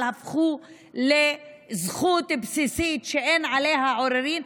הפכו לזכות בסיסית שאין עליה עוררין,